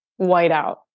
whiteout